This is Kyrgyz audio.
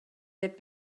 деп